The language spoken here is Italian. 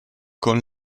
con